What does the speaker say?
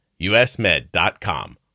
usmed.com